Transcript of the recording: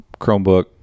Chromebook